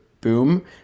boom